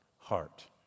heart